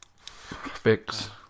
Fix